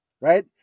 right